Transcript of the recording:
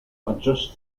adjust